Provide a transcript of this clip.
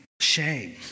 shame